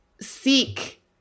seek